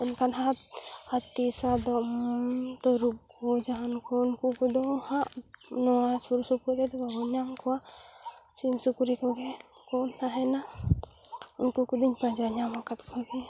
ᱚᱱᱠᱟᱱ ᱦᱟᱛ ᱦᱟᱹᱛᱤ ᱥᱟᱫᱚᱢ ᱛᱟᱹᱨᱩᱵ ᱠᱚ ᱡᱟᱦᱟᱱ ᱠᱚ ᱩᱱᱠᱩ ᱠᱚᱫᱚ ᱦᱟᱸᱜ ᱱᱚᱣᱟ ᱥᱩᱨ ᱥᱩᱯᱩᱨ ᱨᱮᱫᱚ ᱵᱟᱵᱚᱱ ᱧᱟᱢ ᱠᱚᱣᱟ ᱥᱤᱢ ᱥᱩᱠᱨᱤ ᱠᱚᱜᱮ ᱠᱚ ᱛᱟᱦᱮᱱᱟ ᱩᱱᱠᱩ ᱠᱚ ᱫᱚᱹᱧ ᱯᱟᱸᱡᱟ ᱧᱟᱢᱟᱠᱟᱫ ᱠᱚᱜᱮᱭᱟ